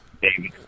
baby